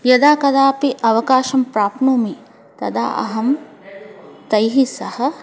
यदाकदापि अवकाशं प्राप्नोमि तदा अहं तैः सह